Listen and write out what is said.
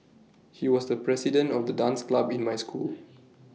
he was the president of the dance club in my school